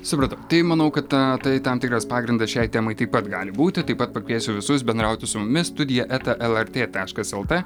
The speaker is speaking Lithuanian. supratau tai manau kad tai tam tikras pagrindas šiai temai taip pat gali būti taip pat pakviesiu visus bendrauti su mumis studija eta lrt taškas lt